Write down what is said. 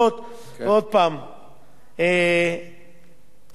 ועוד פעם, תודה גדולה